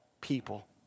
people